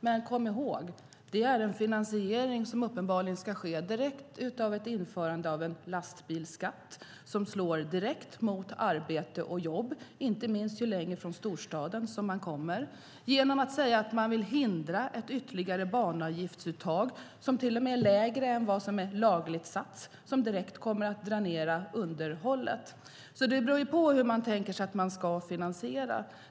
Men kom ihåg att det är en finansiering som uppenbarligen ska ske till följd av ett införande av en lastbilsskatt som slår direkt mot arbete och jobb, inte minst ju längre från storstaden som man kommer, och genom att säga att man vill hindra ett ytterligare banavgiftsuttag som till och med är lägre än vad som är lagligt satt och som direkt kommer att dränera underhållet. Det beror alltså på hur man tänker sig att man ska finansiera detta.